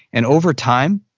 and over time,